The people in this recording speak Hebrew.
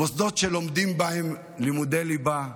מוסדות שלומדים בהם לימודי ליבה,